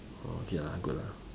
orh okay lah good lah